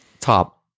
top